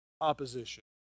opposition